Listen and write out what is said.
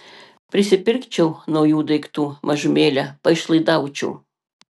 prisipirkčiau naujų daiktų mažumėlę paišlaidaučiau